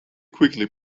quickly